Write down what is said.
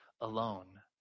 alone